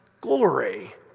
glory